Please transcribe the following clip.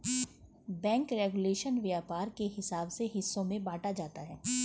bank regulation व्यापार के हिसाब से हिस्सों में बांटा जाता है